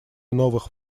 новых